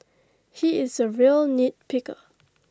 he is A real nitpicker